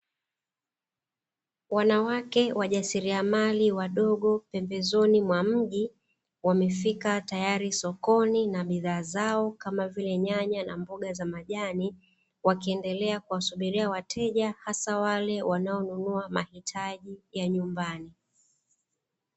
Wanawake wajasiriamali wadogo pembezoni mwa mji wamefika tayari sokoni na bidhaa zao kama vile nyanya na mboga za majani, wakiendelea kuwasubiria wateja hasa wale wanaoamini mahitaji ya nyumbani.